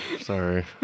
Sorry